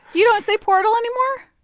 you don't say portal anymore?